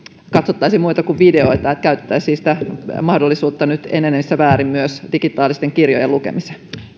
katsottaisiin muuta kuin videoita käytettäisiin nyt sitä mahdollisuutta enenevissä määrin myös digitaalisten kirjojen lukemiseen